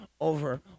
over